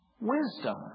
wisdom